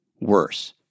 worse